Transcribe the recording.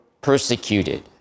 persecuted